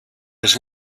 has